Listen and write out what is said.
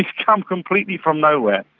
he came completely from nowhere.